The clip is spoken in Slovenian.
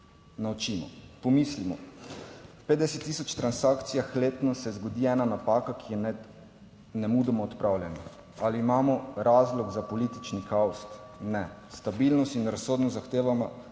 naučimo. Pomislimo, v 50 tisoč transakcijah letno se zgodi ena napaka, ki je nemudoma odpravljena. Ali imamo razlog za politični kaos? Ne. Stabilnost in razsodnost zahteva,